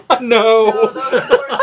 No